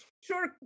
sure